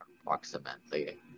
approximately